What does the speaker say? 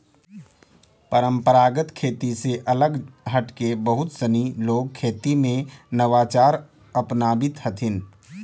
परम्परागत खेती से अलग हटके बहुत सनी लोग खेती में नवाचार अपनावित हथिन